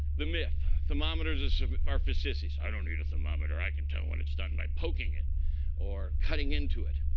the myth thermometers are for sissies. i don't need a thermometer. i can tell when it's done by poking it or cutting into it.